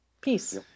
peace